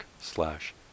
slash